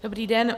Dobrý den.